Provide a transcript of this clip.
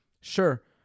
Sure